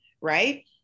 right